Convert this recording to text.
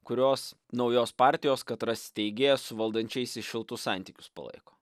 kurios naujos partijos katras steigėjas su valdančiais šiltus santykius palaiko